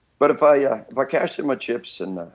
but if i yeah like cash in my chips and